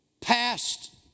past